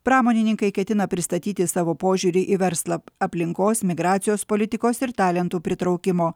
pramonininkai ketina pristatyti savo požiūrį į verslą aplinkos migracijos politikos ir talentų pritraukimo